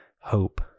hope